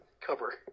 cover